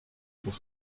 pour